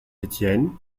étienne